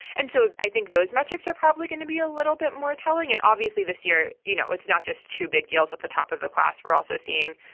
and so i think those metrics are probably going to be a little bit more telling. and obviously this year, you know, it's not just too big yells at the top of the class. we're also seeing,